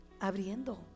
Abriendo